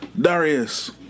Darius